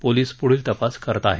police पुढील तपास करत आहेत